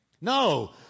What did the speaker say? No